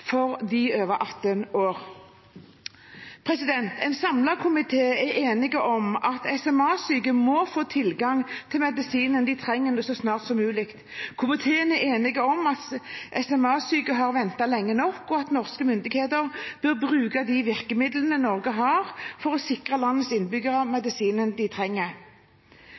medisinen de trenger, så snart som mulig. Komiteen er enig i at SMA-syke har ventet lenge nok, og at norske myndigheter bør bruke de virkemidlene Norge har for å sikre landets innbyggere medisinen de trenger.